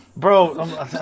Bro